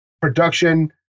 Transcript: production